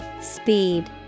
Speed